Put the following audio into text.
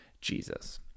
Jesus